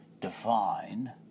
define